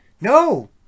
no